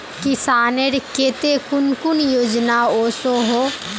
किसानेर केते कुन कुन योजना ओसोहो?